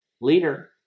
Leader